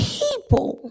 people